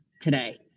today